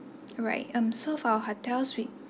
alright um so for our hotels we